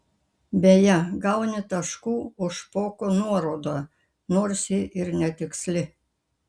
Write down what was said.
beje gauni taškų už špoko nuorodą nors ji ir netiksli